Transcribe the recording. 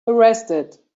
arrested